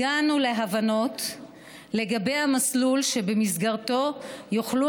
הגענו להבנות לגבי המסלול שבמסגרתו יוכלו